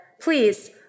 Please